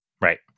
right